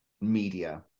media